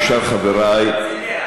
כשאר חברי,